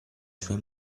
sue